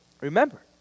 Remember